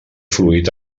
fluid